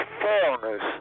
foreigners